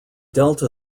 delta